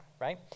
right